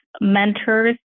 mentors